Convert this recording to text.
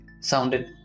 sounded